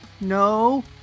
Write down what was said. No